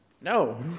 No